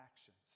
actions